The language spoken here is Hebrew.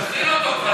תחיל אותה כבר,